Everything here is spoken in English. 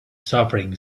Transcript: suffering